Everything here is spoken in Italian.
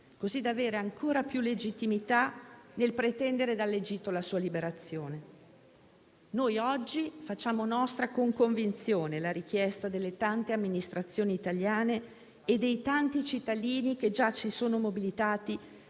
così da avere ancora più legittimità nel pretendere dall'Egitto la sua liberazione. Noi oggi facciamo nostra con convinzione la richiesta delle tante amministrazioni italiane e dei tanti cittadini che già si sono mobilitati